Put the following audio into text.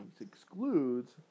excludes